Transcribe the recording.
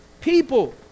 people